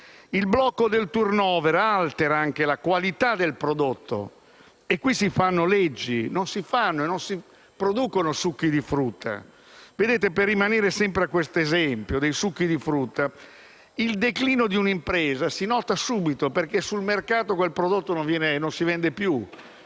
Il blocco del *turnover* altera anche la qualità del prodotto. Qui si fanno leggi, non si producono succhi di frutta. Per rimanere sempre a questo esempio dei succhi di frutta, il declino di un'impresa si nota subito, perché sul mercato quel prodotto non si vende più.